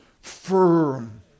firm